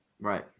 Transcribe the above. Right